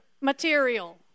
material